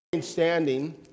Standing